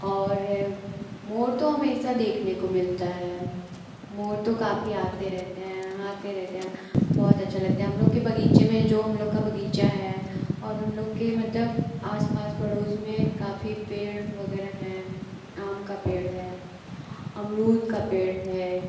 और मोर तो हमेशा देखने को मिलता है मोर तो काफ़ी आते रहते हैं हाँ आते रहते हैं बहुत अच्छा लगता है हमलोग के बगीचे में जो हमलोग का बगीचा है और हमलोग के मतलब आसपास पड़ोस में काफी पेड़ वग़ैरह हैं आम का पेड़ है अमरूद का पेड़ है